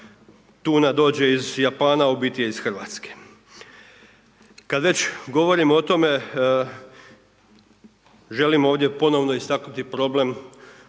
tuna dođe iz Japana, a u biti je iz Hrvatske. Kada već govorimo o tome, želim ovdje ponovno istaknuti problem,